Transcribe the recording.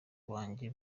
wanjye